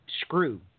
screw